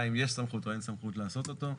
אם יש סמכות או אין סמכות לעשות אותו.